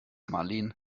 marleen